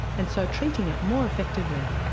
and so treating it more effectively.